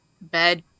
bed